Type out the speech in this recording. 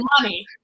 money